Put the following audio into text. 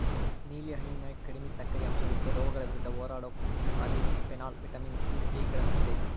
ನೇಲಿ ಹಣ್ಣಿನ್ಯಾಗ ಕಡಿಮಿ ಸಕ್ಕರಿ ಅಂಶವಿದ್ದು, ರೋಗಗಳ ವಿರುದ್ಧ ಹೋರಾಡೋ ಪಾಲಿಫೆನಾಲ್, ವಿಟಮಿನ್ ಸಿ, ಕೆ ಗಳನ್ನ ಹೊಂದೇತಿ